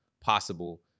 possible